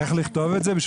איך לכתוב את זה?